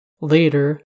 Later